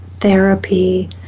therapy